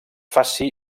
faça